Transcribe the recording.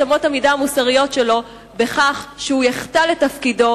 אמות המידה המוסריות שלו בכך שיחטא לתפקידו,